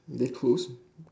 they closed